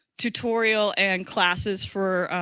tutorial, and classes for,